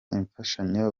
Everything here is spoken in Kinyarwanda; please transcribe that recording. imfashanyo